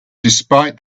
despite